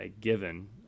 given